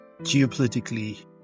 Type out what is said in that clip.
geopolitically